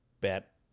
bet